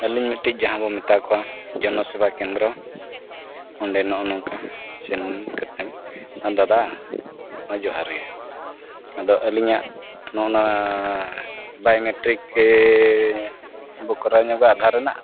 ᱟᱹᱞᱤᱧ ᱢᱤᱫᱴᱤᱡ ᱡᱟᱦᱟᱸ ᱵᱚᱱ ᱢᱮᱛᱟ ᱠᱚᱣᱟ ᱡᱚᱱᱚ ᱥᱮᱵᱟ ᱠᱮᱱᱫᱨᱚ ᱚᱸᱰᱮ ᱱᱚᱜᱼᱚ ᱱᱚᱝᱠᱟ ᱥᱮᱱ ᱠᱟᱛᱮᱫ ᱫᱟᱫᱟ ᱡᱚᱸᱦᱟᱨ ᱜᱮ ᱟᱫᱚ ᱟᱹᱞᱤᱧᱟᱜ ᱱᱚᱣᱟ ᱵᱟᱭᱳᱢᱮᱴᱨᱤᱠ ᱥᱮ ᱵᱚ ᱠᱚᱨᱟᱣ ᱧᱚᱜᱟ ᱟᱫᱷᱟᱨ ᱨᱮᱱᱟᱜ